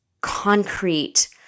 concrete